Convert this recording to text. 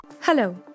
Hello